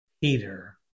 Peter